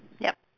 yup